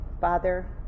father